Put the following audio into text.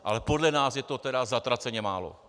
Ale podle nás je to tedy zatraceně málo.